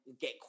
get